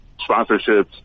sponsorships